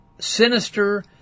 sinister